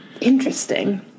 Interesting